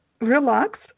relax